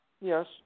Yes